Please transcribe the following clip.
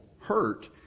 hurt